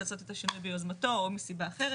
לעשות את השינוי ביוזמתו או מסיבה אחרת.